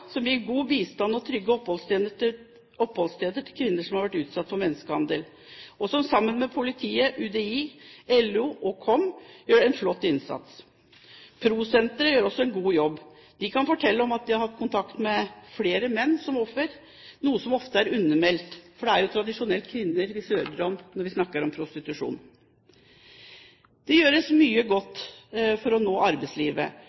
som gir god bistand og trygge oppholdssteder til kvinner som har vært utsatt for menneskehandel, og som sammen med politiet, UDI, LO og KOM gjør en flott innsats. PRO-senteret gjør også en god jobb. De kan fortelle om at de har hatt kontakt med flere menn som ofre, noe som ofte er undermeldt, for det er jo tradisjonelt kvinner vi hører om når vi snakker om prostitusjon. Det gjøres mye godt for å nå arbeidslivet.